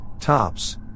tops